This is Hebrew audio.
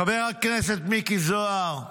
חבר הכנסת מיקי זוהר,